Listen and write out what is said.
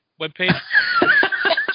webpage